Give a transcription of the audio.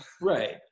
Right